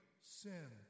sin